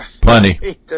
Plenty